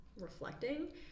reflecting